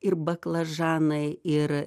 ir baklažanai ir